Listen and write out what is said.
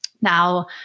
now